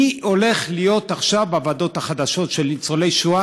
מי הולך להיות עכשיו בוועדות החדשות של ניצולי שואה?